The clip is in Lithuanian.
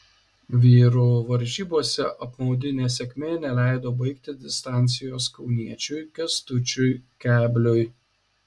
vyrų varžybose apmaudi nesėkmė neleido baigti distancijos kauniečiui kęstučiui kebliui